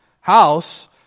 house